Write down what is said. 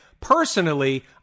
personally